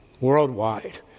worldwide